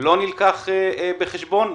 לא נלקח בחשבון.